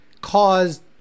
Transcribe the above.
caused